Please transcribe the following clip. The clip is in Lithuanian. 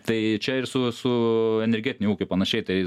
tai čia ir su su energetiniu ūkiu panašiai tai